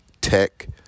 tech